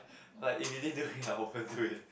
like if he didn't do it I won't do it